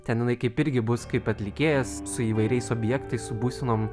ten jinai kaip irgi bus kaip atlikėjas su įvairiais objektais su būsenom